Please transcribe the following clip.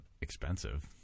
expensive